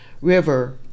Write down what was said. River